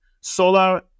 Solar